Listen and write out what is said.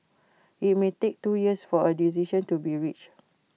IT may take two years for A decision to be reached